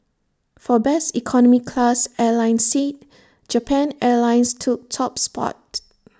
for best economy class airline seat Japan airlines took top spot